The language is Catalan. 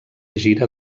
gira